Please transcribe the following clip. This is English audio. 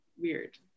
weird